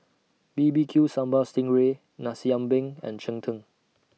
B B Q Sambal Sting Ray Nasi Ambeng and Cheng Tng